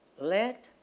let